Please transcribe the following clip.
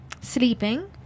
sleeping